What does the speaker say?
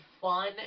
fun